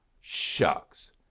Shucks